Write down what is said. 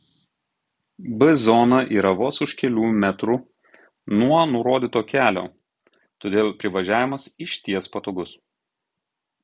b zona yra vos už kelių metrų nuo nurodyto kelio todėl privažiavimas išties patogus